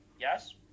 Yes